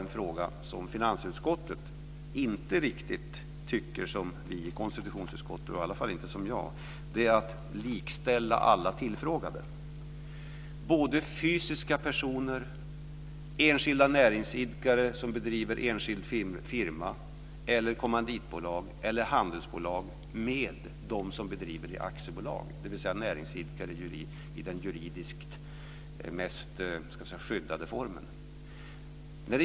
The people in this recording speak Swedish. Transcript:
En fråga där finansutskottet däremot inte riktigt tycker som vi i konstitutionsutskottet, i alla fall inte som jag, är detta med att likställa alla tillfrågade - med dem som bedriver aktiebolag, dvs. näringsidkare i den juridiskt mest skyddade formen.